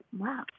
wow